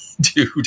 dude